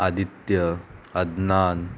Aditya अज्ञनान